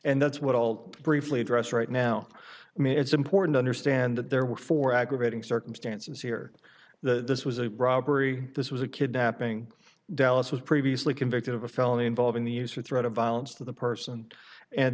and that's what ault briefly address right now i mean it's important understand that there were four aggravating circumstances here that this was a robbery this was a kidnapping dallas was previously convicted of a felony involving the use of threat of violence to the person and